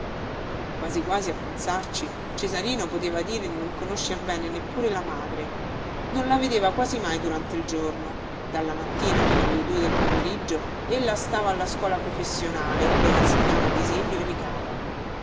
quasi quasi a pensarci cesarino poteva dire di non conoscer bene neppure la madre non la vedeva quasi mai durante il giorno dalla mattina fino alle due del pomeriggio ella stava alla scuola professionale dove insegnava disegno e ricamo